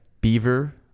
Beaver